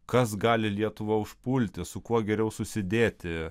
kas gali lietuvą užpulti su kuo geriau susidėti